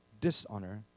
dishonor